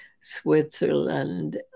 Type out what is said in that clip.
Switzerland